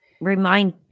remind